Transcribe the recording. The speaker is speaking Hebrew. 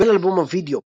קיבל אלבום הווידאו